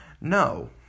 No